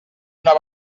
una